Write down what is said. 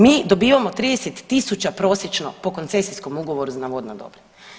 Mi dobivamo 30 tisuća prosječno po koncesijskom ugovoru na vodno dobro.